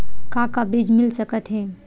का का बीज मिल सकत हे?